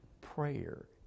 prayer